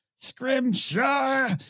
scrimshaw